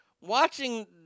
watching